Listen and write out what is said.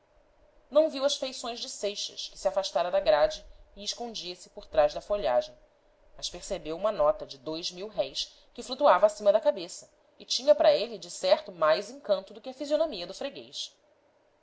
não viu as feições de seixas que se afastara da grade e escondia se por trás da folhagem mas percebeu uma nota de dois mil-réis que flutuava acima da cabeça e tinha para ele decerto mais encanto do que a fisionomia do freguês